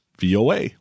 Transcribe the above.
voa